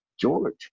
George